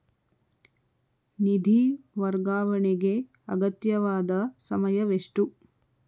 ನಿಧಿ ವರ್ಗಾವಣೆಗೆ ಅಗತ್ಯವಾದ ಸಮಯವೆಷ್ಟು?